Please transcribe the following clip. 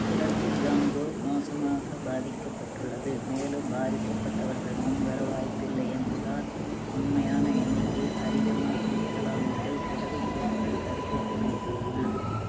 கிழக்கு காங்கோ மோசமாக பாதிக்கப்பட்டுள்ளது மேலும் பாதிக்கப்பட்டவர்கள் முன்வர வாய்ப்பில்லை என்பதால் உண்மையான எண்ணிக்கை அதிகமாக இருக்கலாம் என்று உதவிக் குழுக்கள் கருத்து தெரிவித்துள்ளன